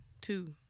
two